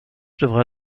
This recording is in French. devra